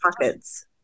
pockets